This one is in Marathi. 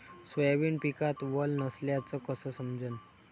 सोयाबीन पिकात वल नसल्याचं कस समजन?